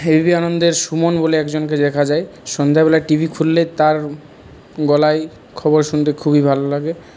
ABP আনন্দের সুমন বলে একজনকে দেখা যায় সন্ধেবেলা টিভি খুললে তার গলায় খবর শুনতে খুবই ভালো লাগে